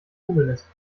vogelnest